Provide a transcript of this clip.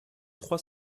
trois